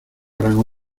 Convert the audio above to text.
gran